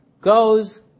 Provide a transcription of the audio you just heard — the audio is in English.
goes